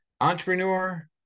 entrepreneur